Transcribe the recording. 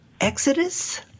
exodus